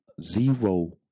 Zero